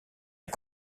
est